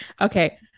okay